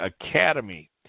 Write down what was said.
Academy